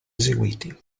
eseguiti